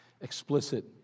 explicit